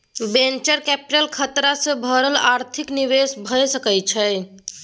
venture capital खतरा सँ भरल आर्थिक निवेश भए सकइ छइ